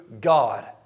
God